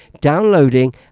downloading